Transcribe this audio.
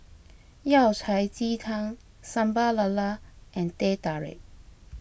Yao Cai Ji Tang Sambal Lala and Teh Tarik